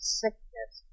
sickness